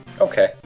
Okay